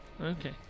Okay